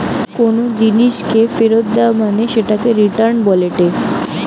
কোনো জিনিসকে ফেরত দেয়া মানে সেটাকে রিটার্ন বলেটে